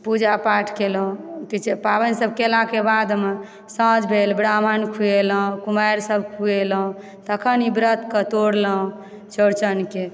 पूजा पाठ केलहुँ पाबनिसभ केलाके बादमे साँझ भेल ब्राम्हण खुएलहुँ कुमारिसभ खुएलहुँ तखन ई व्रतकऽ तोड़लहुँ चौरचनके